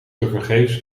tevergeefs